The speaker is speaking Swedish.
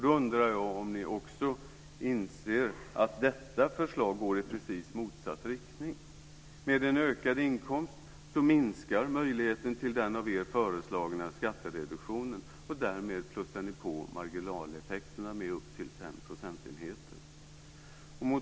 Inser ni också att detta förslag går i precis motsatt riktning? Med en ökad inkomst minskar möjligheten till den av er föreslagna skattereduktionen, och därmed plussar ni på marginaleffekterna med upp till fem procentenheter.